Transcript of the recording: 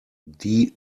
die